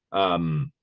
um,